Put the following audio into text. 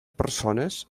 persones